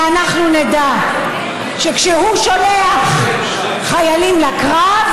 שאנחנו נדע שכשהוא שולח חיילים לקרב,